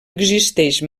existeix